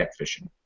catfishing